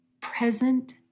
present